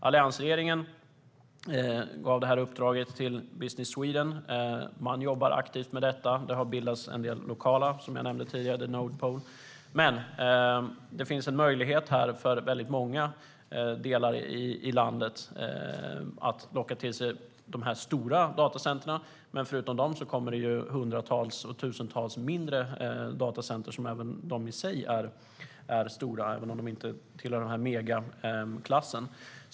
Alliansregeringen gav detta uppdrag till Business Sweden, som jobbar aktivt med detta. Det har tagits en del lokala initiativ - jag nämnde The Node Pole. Det finns en möjlighet för väldigt många delar av landet att locka till sig stora datacenter, men förutom dem kommer hundratals eller tusentals mindre datacenter, som i och för sig är stora även om de inte tillhör megaklassen.